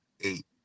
eight